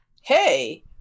hey